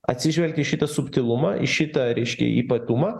atsižvelgti į šitą subtilumą į šitą reiškia ypatumą